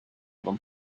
them